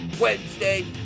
Wednesday